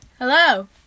Hello